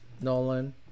Nolan